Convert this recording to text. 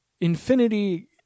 Infinity